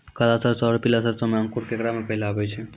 काला सरसो और पीला सरसो मे अंकुर केकरा मे पहले आबै छै?